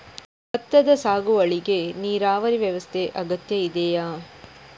ಭತ್ತದ ಸಾಗುವಳಿಗೆ ನೀರಾವರಿ ವ್ಯವಸ್ಥೆ ಅಗತ್ಯ ಇದೆಯಾ?